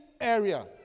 area